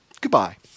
Goodbye